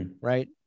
right